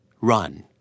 Run